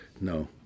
No